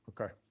Okay